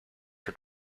for